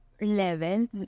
level